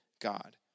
God